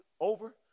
over